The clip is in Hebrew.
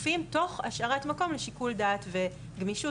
שקופים תוך השארת מקום לשיקול דעת וגמישות